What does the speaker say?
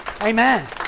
Amen